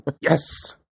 yes